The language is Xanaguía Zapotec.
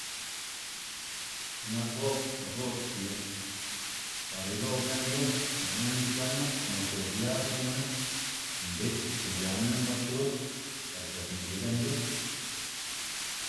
X̱i'k nak go'b, lë' go'b xki'n par ilo'b lën yu, lë' minn sdzenu, komo zob yag niyuna, ndip xki'nc̲h̲a minn basur par c̲h̲akmbi lën yu.